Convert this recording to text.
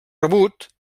rebut